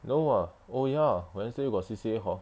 no ah oh ya wednesday you got C_C_A hor